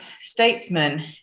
statesman